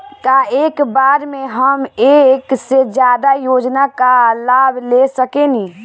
का एक बार में हम एक से ज्यादा योजना का लाभ ले सकेनी?